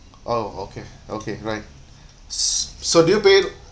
oh okay okay right s~ so do you pay it